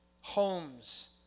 Homes